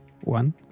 One